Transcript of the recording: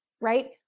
right